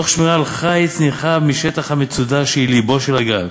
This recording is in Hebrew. תוך שמירה על חיץ נרחב משטח המצודה שהיא לבו של הגן.